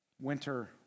winter